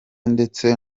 ndetse